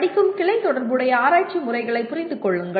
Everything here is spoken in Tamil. படிக்கும் கிளை தொடர்புடைய ஆராய்ச்சி முறைகளைப் புரிந்து கொள்ளுங்கள்